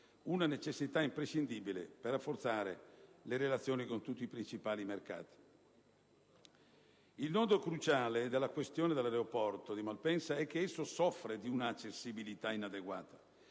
una necessità imprescindibile per rafforzare le relazioni con tutti i principali mercati. Il nodo cruciale della questione dell'aeroporto di Malpensa è che esso soffre di un'accessibilità inadeguata,